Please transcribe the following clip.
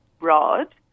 rod